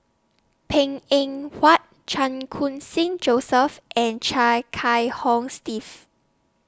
Png Eng Huat Chan Khun Sing Joseph and Chia Kiah Hong Steve